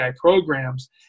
programs